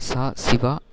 ச சிவா